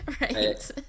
Right